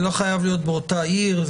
זה לא חייב להיות באותה עיר,